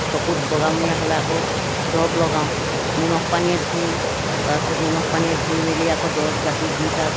চকুত বগামূৰীয়া হ'লে আকৌ দৰব লগাওঁ নিমখ পানীয়ে ধুওঁ তাৰপাছত নিমখ পানীয়ে ধুই মেলি আকৌ দৰব জাতি দি তাক